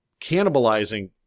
cannibalizing